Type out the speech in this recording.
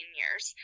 years